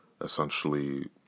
essentially